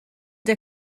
der